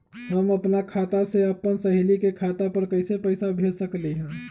हम अपना खाता से अपन सहेली के खाता पर कइसे पैसा भेज सकली ह?